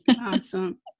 Awesome